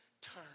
turn